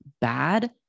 bad